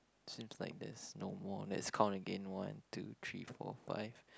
seems like there's no more let's count again one two three four five